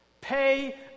Pay